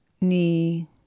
knee